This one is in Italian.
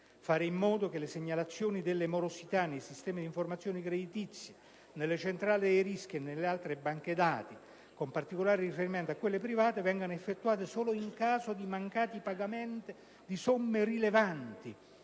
fare in modo che le segnalazioni delle morosità nei sistemi di informazioni creditizie, nelle centrali dei rischi e nelle altre banche dati, con particolare riferimento a quelle private, vengano effettuate solo in caso di mancati pagamenti di somme rilevanti,